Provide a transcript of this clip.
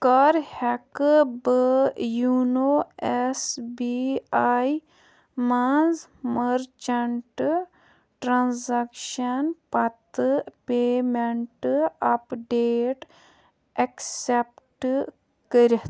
کَر ہٮ۪کہٕ بہٕ یونو ایٚس بی آی منٛز مرچنٹ ٹرانزیکشن پتہٕ پیمنٹ اپ ڈیٹ ایکسپکٹ کٔرِتھ